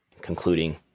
concluding